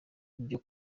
ibyo